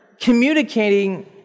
communicating